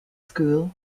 school